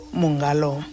mungalo